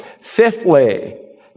Fifthly